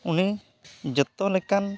ᱩᱱᱤ ᱡᱚᱛᱚ ᱞᱮᱠᱟᱱ